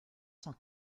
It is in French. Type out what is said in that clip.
cent